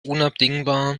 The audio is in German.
unabdingbar